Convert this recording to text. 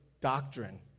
doctrine